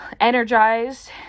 energized